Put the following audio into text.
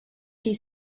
she